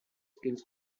skills